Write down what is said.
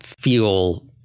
feel